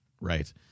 Right